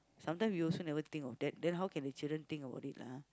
sometimes we also never think of that then how can the children think about it lah